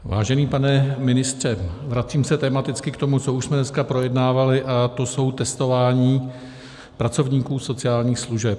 Vážený pane ministře, vracím se tematicky k tomu, co už jsme dneska projednávali, a to jsou testování pracovníků sociálních služeb.